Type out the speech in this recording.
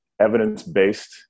evidence-based